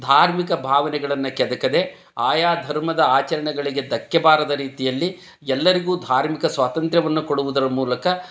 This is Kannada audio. ಧಾರ್ಮಿಕ ಭಾವನೆಗಳನ್ನು ಕೆದಕದೇ ಆಯಾ ಧರ್ಮದ ಆಚರಣೆಗಳಿಗೆ ಧಕ್ಕೆ ಬಾರದ ರೀತಿಯಲ್ಲಿ ಎಲ್ಲರಿಗೂ ಧಾರ್ಮಿಕ ಸ್ವಾತಂತ್ರ್ಯವನ್ನು ಕೊಡುವುದರ ಮೂಲಕ